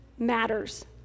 Matters